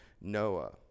Noah